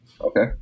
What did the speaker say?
okay